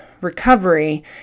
recovery